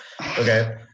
Okay